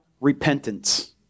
repentance